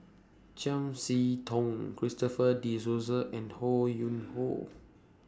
Chiam See Tong Christopher De Souza and Ho Yuen Hoe